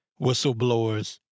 whistleblowers